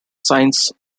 science